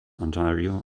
ontario